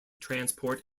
transport